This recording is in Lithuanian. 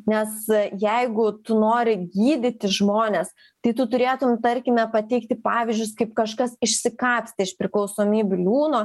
nes jeigu tu nori gydyti žmones tai tu turėtum tarkime pateikti pavyzdžius kaip kažkas išsikapstė iš priklausomybių liūno